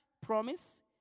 promise